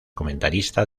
comentarista